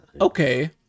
okay